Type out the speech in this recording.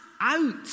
out